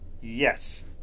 Yes